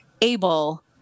able